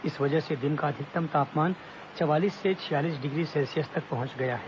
इस वजह से दिन का अधिकतम तापमान चवालीस से छियालीस डिग्री सेल्सियस तक पहुंच गया है